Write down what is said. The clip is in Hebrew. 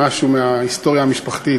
משהו מההיסטוריה המשפחתית,